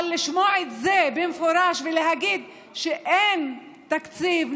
אבל לשמוע את זה במפורש ולהגיד שאין תקציב,